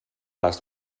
les